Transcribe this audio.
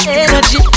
energy